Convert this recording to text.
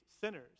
sinners